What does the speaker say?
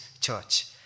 church